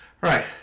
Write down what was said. Right